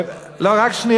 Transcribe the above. הרב אייכלר, לא, רק שנייה.